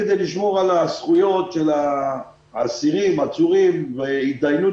כדי לשמור על הזכויות של האסירים והעצורים והתדיינות